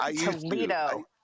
Toledo